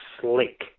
slick